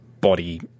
body